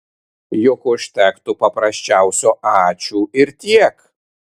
juk užtektų paprasčiausio ačiū ir tiek